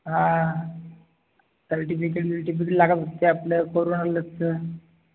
हां सर्टिफिकेट गिर्टिफिकेट लागलं त्या आपल्या कोरोना लसचं